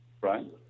right